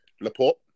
Laporte